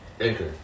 Anchor